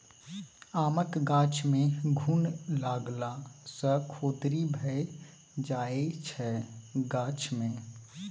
आमक गाछ मे घुन लागला सँ खोदरि भए जाइ छै गाछ मे